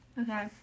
Okay